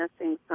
missing